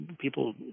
people